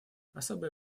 особое